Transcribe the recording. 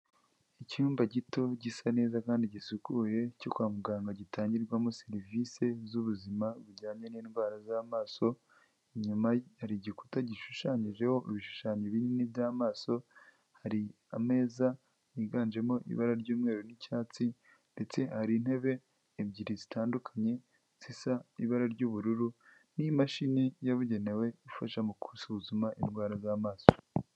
Icyumba gito gisa neza kandi gisukuye cyo kwa muganga gitangirwamo serivisi z'ubuzima bujyanye n'indwara z'amaso, inyuma hari igikuta gishushanyijeho ibishushanyo binini by'amaso, hari ameza yiganjemo ibara ry'umweru n'icyatsi ndetse hari intebe ebyiri zitandukanye zisa n'ibara ry'ubururu n'imashini yabugenewe ifasha mu gusuzuma indwara z'amaso.